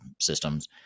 systems